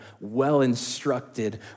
well-instructed